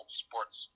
sports